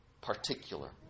particular